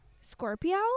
Scorpio